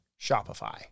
Shopify